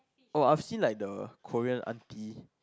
oh I've seen like the Korean auntie